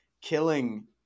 killing